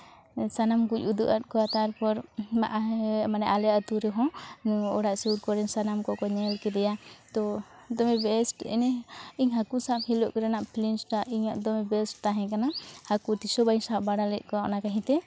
ᱥᱟᱱᱟᱢ ᱠᱩᱧ ᱩᱫᱩᱜᱼᱟᱫ ᱠᱚᱣᱟ ᱛᱟᱨᱯᱚᱨ ᱢᱟᱜ ᱢᱟᱱᱮ ᱟᱞᱮ ᱟᱹᱛᱩ ᱨᱮᱦᱚᱸ ᱱᱚᱣᱟ ᱚᱲᱟᱜ ᱥᱩᱨ ᱠᱚᱨᱮᱱ ᱥᱟᱱᱟᱢ ᱠᱚᱠᱚ ᱧᱮᱞ ᱠᱮᱫᱮᱭᱟ ᱛᱚ ᱫᱚᱢᱮ ᱵᱮᱥᱴ ᱤᱧ ᱦᱟᱹᱠᱩ ᱥᱟᱵ ᱦᱤᱞᱳᱜ ᱨᱮᱱᱟᱜ ᱯᱷᱤᱞᱤᱝᱥ ᱴᱟᱜ ᱤᱧᱟᱹᱜ ᱫᱚᱢᱮ ᱵᱮᱥᱴ ᱛᱟᱦᱮᱸᱠᱟᱱᱟ ᱦᱟᱹᱠᱩ ᱛᱤᱥᱦᱚᱸ ᱵᱟᱹᱧ ᱥᱟᱵ ᱵᱟᱲᱟ ᱞᱮᱫ ᱠᱚᱣᱟ ᱚᱱᱟ ᱠᱷᱟᱹᱛᱤᱨ ᱛᱮ